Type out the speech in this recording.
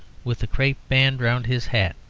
with a crape band round his hat.